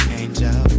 angel